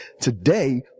Today